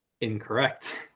Incorrect